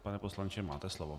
Pane poslanče, máte slovo.